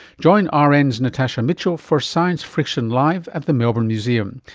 join ah rn's natasha mitchell for science friction live at the melbourne museum.